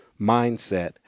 mindset